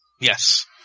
Yes